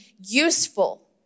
useful